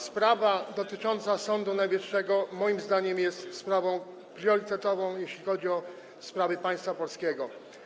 Sprawa dotycząca Sądu Najwyższego moim zdaniem jest sprawą priorytetową, jeśli chodzi o sprawy państwa polskiego.